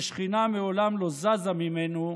ששכינה מעולם לא זזה ממנו,